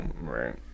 Right